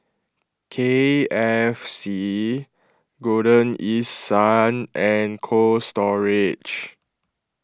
K F C Golden East Sun and Cold Storage